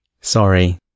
Sorry